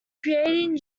creating